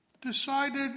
decided